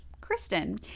Kristen